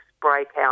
breakout